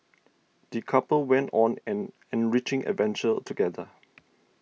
the couple went on an enriching adventure together